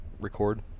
record